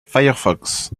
firefox